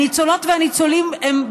הניצולות והניצולים הם,